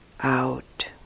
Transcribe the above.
out